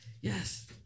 yes